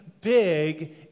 big